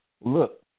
Look